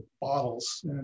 bottles